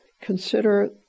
consider